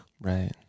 Right